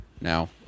now